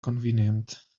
convenient